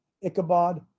Ichabod